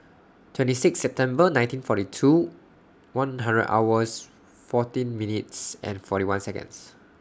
twenty six September nineteen forty two one hundred hours fourteen minutes and forty one Seconds